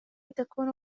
تكون